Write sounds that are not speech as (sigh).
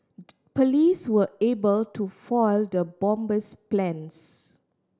(unintelligible) police were able to foil the bomber's plans